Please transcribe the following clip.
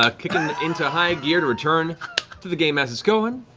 ah kicking into high gear to return to the game as it's going.